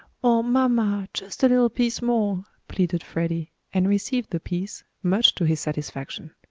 oh, mamma, just a little piece more! pleaded freddie, and received the piece, much to his satisfaction.